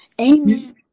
Amen